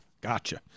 Gotcha